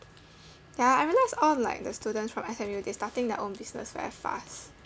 ya I realise all like the students from S_M_U they starting their own business very fast